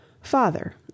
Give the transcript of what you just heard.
Father